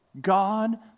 God